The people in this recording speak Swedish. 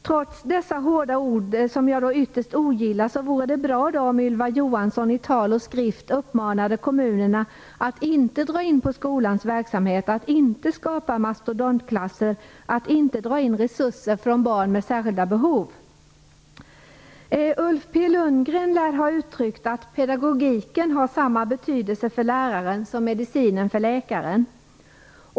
Trots dessa hårda ord, som jag ytterst ogillar, vore det bra om Ylva Johansson i tal och skrift uppmanade kommunerna att inte dra in på skolans verksamhet, att inte skapa mastodontklasser, att inte dra in resurser för barn med särskilda behov. Ulf P Lundgren lär ha uttryckt att pedagogiken har samma betydelse för läraren som medicinen för läkaren.